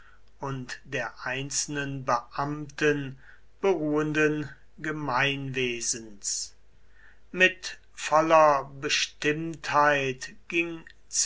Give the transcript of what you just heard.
und der einzelner beamten beruhenden gemeinwesens mit voller bestimmtheit ging